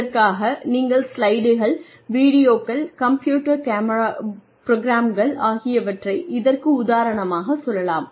இதற்காக நீங்கள் ஸ்லைடுகள் வீடியோக்கள் கம்ப்யூட்டர் ப்ரோக்ராம்கள் ஆகியவற்றை இதற்கு உதாரணமாக சொல்லலாம்